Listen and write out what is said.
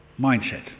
mindset